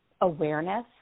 awareness